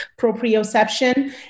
proprioception